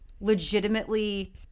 legitimately